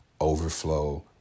overflow